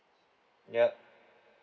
yup